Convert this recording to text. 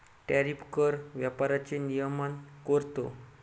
tariff कर व्यापाराचे नियमन करतो